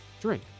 drink